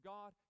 God